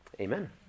amen